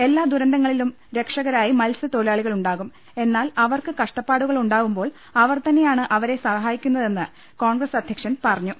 എല്ലാ ദുരന്തങ്ങളിലും രക്ഷകരായി മത്സ്യത്തൊഴിലാളിക ളുണ്ടാവും എന്നാൽ അവർക്ക് കഷ്ടപ്പാടുകൾ ഉണ്ടാവുമ്പോൾ അവർ തന്നെയാണ് അവരെ സഹായിക്കുന്നതെന്ന് കോൺഗ്ര സ് അധ്യക്ഷൻ പറഞ്ഞു